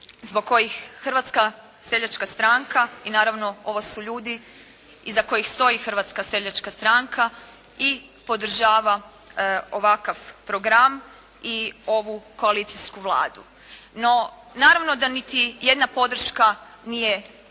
zbog kojih Hrvatska seljačka stranka i naravno ovo su ljudi iza kojih stoji Hrvatska seljačka stranka i podržava ovakav program i ovu koalicijsku Vladu. No, naravno da niti jedna podrška nije